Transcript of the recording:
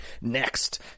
Next